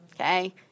Okay